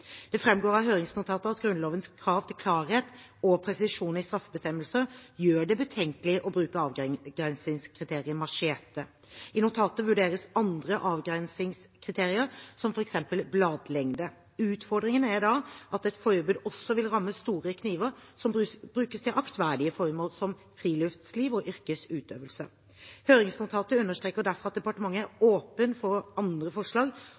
Det framgår av høringsnotatet at Grunnlovens krav til klarhet og presisjon i straffebestemmelser gjør det betenkelig å bruke avgrensingskriteriet «machete». I notatet vurderes andre avgrensingskriterier, som f.eks. bladlengde. Utfordringen er da at et forbud også vil ramme store kniver som brukes til aktverdige formål som friluftsliv og yrkesutøvelse. Høringsnotatet understreker derfor at departementet er åpen for andre forslag,